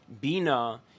Bina